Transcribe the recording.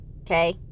okay